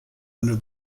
under